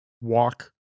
walk